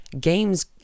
Games